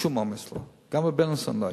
שום עומס לא היה, גם ב"בילינסון" לא היה.